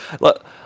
look